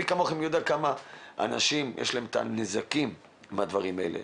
מי כמוכם יודע כמה נזקים יש לאנשים עקב הדברים הללו,